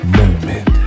moment